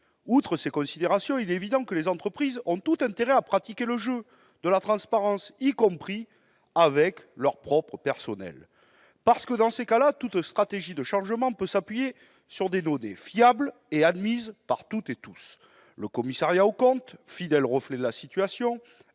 Outre ces considérations, il est évident que les entreprises ont tout intérêt à pratiquer le jeu de la transparence, y compris avec leur propre personnel. Si tel est le cas, toute stratégie de changement pourra s'appuyer sur des données fiables et admises par toutes et tous. Le commissariat aux comptes, fidèle reflet de la situation,